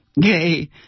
gay